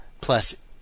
plus